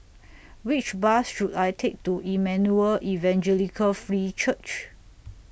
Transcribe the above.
Which Bus should I Take to Emmanuel Evangelical Free Church